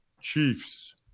Chiefs